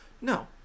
No